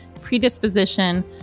predisposition